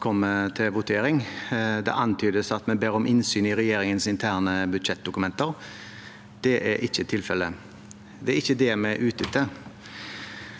Det antydes at vi ber om innsyn i regjeringens interne budsjettdokumenter. Det er ikke tilfelle. Det er ikke det vi er ute etter.